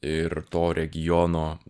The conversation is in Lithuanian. ir to regiono